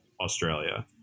australia